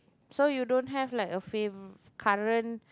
so you don't have like a fave current